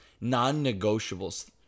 non-negotiables